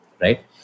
right